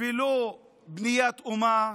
ולא בניית אומה,